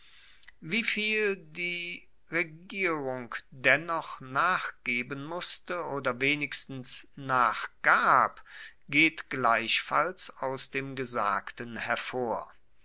wieviel die regierung dennoch nachgeben musste oder wenigstens nachgab geht gleichfalls aus dem gesagten hervor